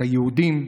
את היהודים,